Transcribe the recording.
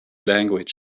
language